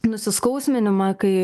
nusiskausminimą kai